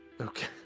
Okay